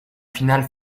finale